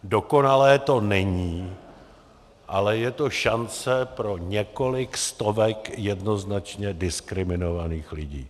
Dokonalé to není, ale je to šance pro několik stovek jednoznačně diskriminovaných lidí.